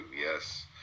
yes